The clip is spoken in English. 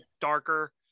darker